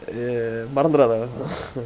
ya மறந்துறாத:maranthuratha